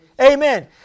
Amen